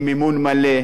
עם מימון מלא,